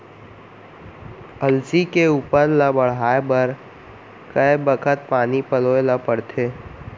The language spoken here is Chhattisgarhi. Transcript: अलसी के उपज ला बढ़ए बर कय बखत पानी पलोय ल पड़थे?